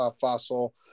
fossil